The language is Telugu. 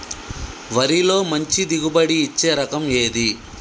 వరిలో మంచి దిగుబడి ఇచ్చే రకం ఏది?